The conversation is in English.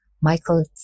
Michael